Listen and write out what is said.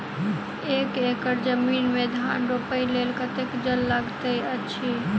एक एकड़ जमीन मे धान रोपय लेल कतेक जल लागति अछि?